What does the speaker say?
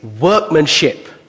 workmanship